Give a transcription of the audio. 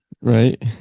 Right